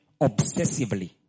obsessively